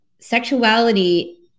sexuality